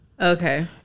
Okay